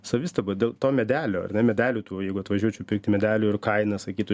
savistaba to medelio ar ne medelių tų jeigu atvažiuočiau pirkti medelių ir kaina sakytų